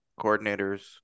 coordinators